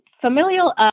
Familial